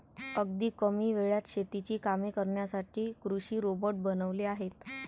अगदी कमी वेळात शेतीची कामे करण्यासाठी कृषी रोबोट बनवले आहेत